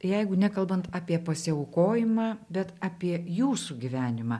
jeigu nekalbant apie pasiaukojimą bet apie jūsų gyvenimą